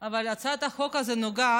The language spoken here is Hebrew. מאוד קצר, אבל הצעת החוק הזאת נוגעת